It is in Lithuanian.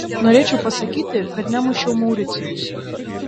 norėčiau pasakyti kad nemušiau mauricijaus